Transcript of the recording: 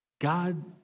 God